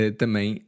também